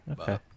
okay